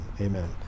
Amen